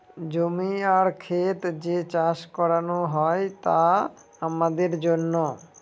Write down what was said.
জমি আর খেত যে চাষ করানো হয় তা আমাদের জন্য